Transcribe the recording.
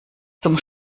zum